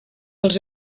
els